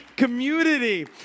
community